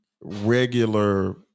regular